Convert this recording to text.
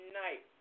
night